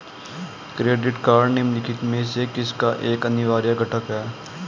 Credit card निम्नलिखित में से किसका एक अनिवार्य घटक है?